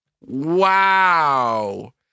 Wow